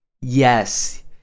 Yes